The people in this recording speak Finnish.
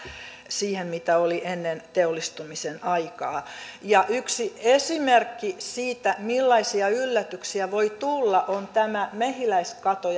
siihen mitä oli ennen teollistumisen aikaa yksi esimerkki siitä millaisia yllätyksiä voi tulla on tämä mehiläiskato